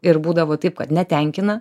ir būdavo taip kad netenkina